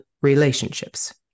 relationships